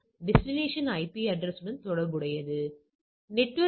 நாம் அதை செய்யும்போது நமக்கு 1